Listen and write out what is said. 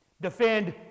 Defend